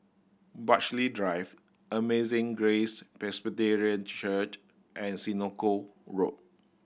Burghley Drive Amazing Grace Presbyterian Church and Senoko Road